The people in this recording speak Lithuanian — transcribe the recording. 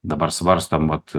dabar svarstom vat